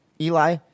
Eli